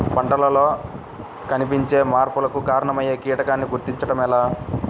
పంటలలో కనిపించే మార్పులకు కారణమయ్యే కీటకాన్ని గుర్తుంచటం ఎలా?